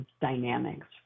dynamics